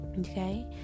okay